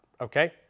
okay